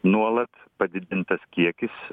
nuolat padidintas kiekis